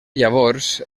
llavors